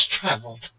traveled